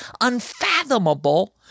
unfathomable